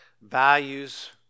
values